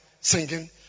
singing